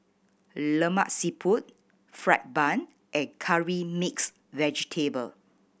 Lemak Siput fried bun and Curry Mixed Vegetable